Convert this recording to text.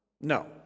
No